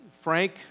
Frank